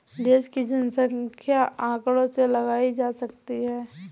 देश की जनसंख्या आंकड़ों से लगाई जा सकती है